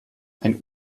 ein